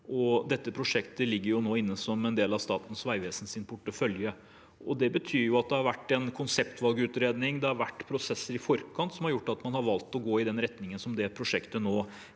Dette prosjektet ligger nå inne som en del av Statens vegvesens portefølje. Det betyr at det har vært en konseptvalgutredning, det har vært prosesser i forkant som har gjort at man har valgt å gå i den retningen som det prosjektet nå